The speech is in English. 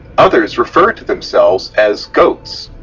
others refer to themselves as goats,